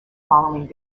following